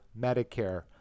Medicare